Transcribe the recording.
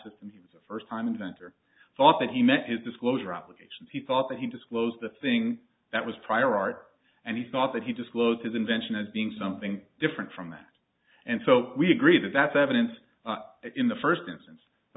system the first time inventor thought that he met his disclosure obligations he thought that he disclosed the thing that was prior art and he thought that he disclosed his invention as being something different from that and so we agree that that's evidence in the first instance the